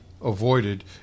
Avoided